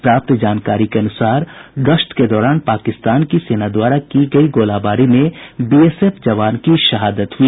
प्राप्त जानकारी के अनुसार गश्त के दौरान पाकिस्तान की सेना द्वारा की गयी गोलाबारी में बीएसएफ जवान की शहादत हुई